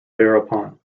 thereupon